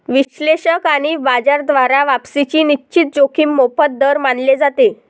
विश्लेषक आणि बाजार द्वारा वापसीची निश्चित जोखीम मोफत दर मानले जाते